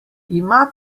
ima